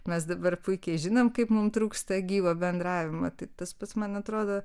mes dabar puikiai žinom kaip mums trūksta gyvo bendravimo tai tas pats man atrodo